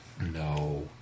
No